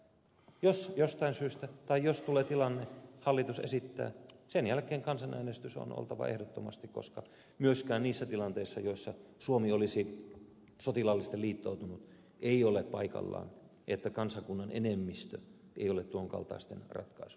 jos jostain syystä tulee tilanne että hallitus esittää nato jäsenyyttä on sen jälkeen ehdottomasti oltava kansanäänestys koska myöskään niissä tilanteissa joissa suomi olisi sotilaallisesti liittoutunut ei ole paikallaan että kansakunnan enemmistö ei ole tuon kaltaisten ratkaisujen takana